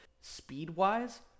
speed-wise